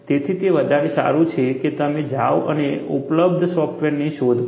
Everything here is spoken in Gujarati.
તેથી તે વધારે સારું છે કે તમે જાઓ અને ઉપલબ્ધ સોફ્ટવેરની શોધ કરો